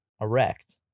erect